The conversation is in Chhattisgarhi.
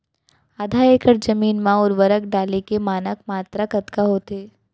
आधा एकड़ जमीन मा उर्वरक डाले के मानक मात्रा कतका होथे?